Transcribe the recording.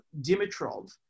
Dimitrov